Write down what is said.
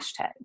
hashtags